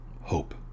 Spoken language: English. hope